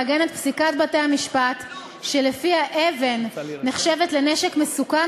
לעגן את פסיקת בתי-המשפט שלפיה אבן נחשבת לנשק מסוכן